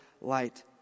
light